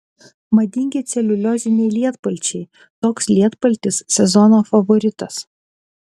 madingi celiulioziniai lietpalčiai toks lietpaltis sezono favoritas